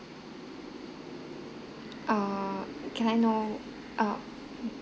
err can I know err